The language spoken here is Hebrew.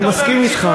אני מסכים אתך.